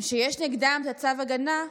מי שיש נגדם צו הגנה,